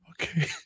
Okay